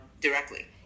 directly